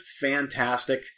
fantastic